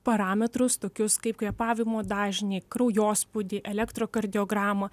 parametrus tokius kaip kvėpavimo dažnį kraujospūdį ir elektrokardiogramą